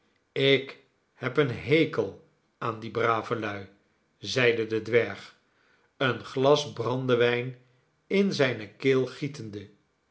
ik heb een hekel aan die brave luil zeide de dwerg een glas brandewijn in zijne keel gietende